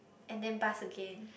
and then bus again